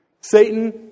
Satan